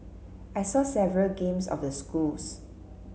I saw several games of the schools